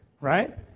right